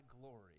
glory